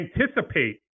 anticipate